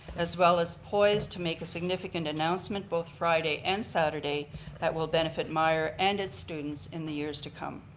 as well as poise to make a significant announcement both friday and saturday that will benefit myer and its students in the years to come.